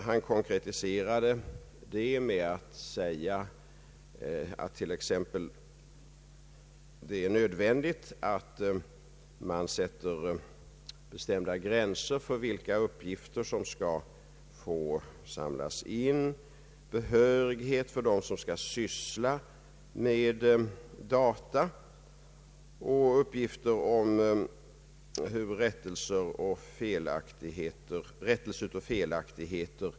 Han menade mera konkret att det är nödvändigt att bestämma gränser för vilka uppgifter som skall få samlas in, behörighet för dem som skall syssla med data och uppgifter om hur man skall förfara när det gäller rättelser av felaktigheter.